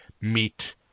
meet